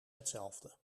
hetzelfde